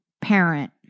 parent